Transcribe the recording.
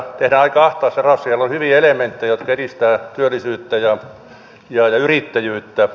siellä on hyviä elementtejä jotka edistävät työllisyyttä ja yrittäjyyttä